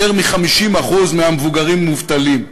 יותר מ-50% מהמבוגרים מובטלים.